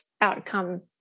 outcome